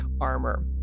armor